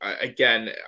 again